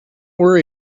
worry